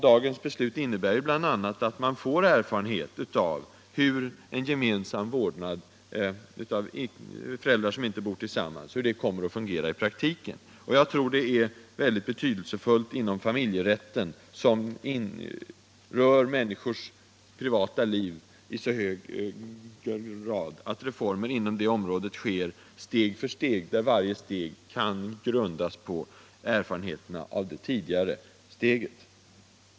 Dagens beslut innebär bl.a. att man får erfarenhet av hur en gemensam vårdnad av föräldrar som inte bor tillsammans kommer att fungera i praktiken. Jag tror att det inom familjerätten, som rör människors privata liv i så hög grad, är betydelsefullt att reformer sker steg för steg, där varje steg kan grundas på erfarenheterna av tidigare åtgärder.